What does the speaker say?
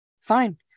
fine